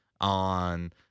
on